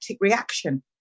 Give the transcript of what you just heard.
reaction